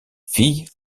fille